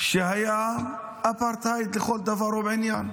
שהיה אפרטהייד לכל דבר ועניין: